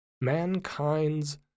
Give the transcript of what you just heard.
Mankind's